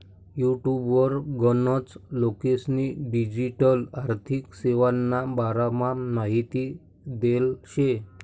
युटुबवर गनच लोकेस्नी डिजीटल आर्थिक सेवाना बारामा माहिती देल शे